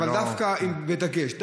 דווקא בדגש,